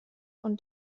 und